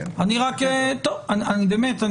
באמת,